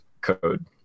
code